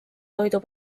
toidu